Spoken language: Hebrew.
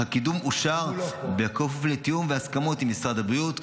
אך הקידום אושר בכפוף לתיאום והסכמות עם משרד הבריאות,